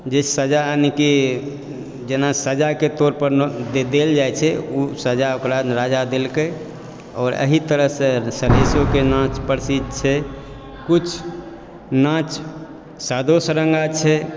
जे सजा आनिके जेना सजाके तौर पर देल जाइ छै ओ सजा ओकरा देलकै आओर एहि तरहसे सलहेशोके नाँच प्रसिद्ध छै किछु नाँच सादो सारन्गा छै